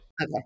Okay